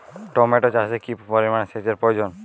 Tomato চাষে কি পরিমান সেচের প্রয়োজন?